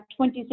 26